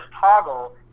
toggle